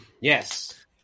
Yes